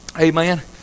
Amen